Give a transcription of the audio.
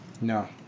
No